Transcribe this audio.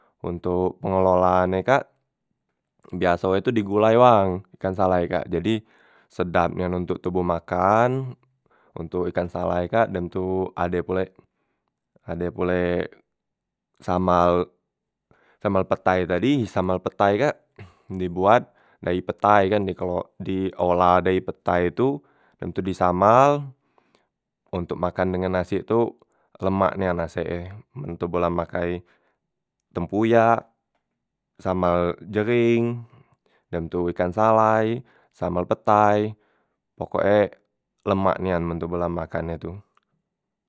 Ontok pengelolaan e kak biaso e tu di gulai wang ikan salai kak, jadi sedap nyan ontok toboh makan ontok ikan salai kak dem tu ade pulek ade pulek samal samal petai tadi samal petai kak diboat dayi petai e kan dikelo diolah dayi petai tu, dem tu di samal ontok makan dengan nasi tu lemak nian asek e men toboh la makai tempoyak, samal jering, dem tu ikan salai, samal petai pokok e lemak nian men toboh la makan e tu.